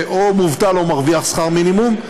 שהוא או מובטל או מרוויח שכר מינימום,